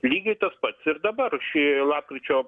lygiai tas pats ir dabar šį lapkričio